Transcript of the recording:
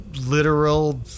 literal